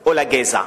או לגזע,